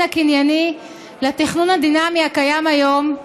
הקנייני לתכנון הדינמי הקיים היום,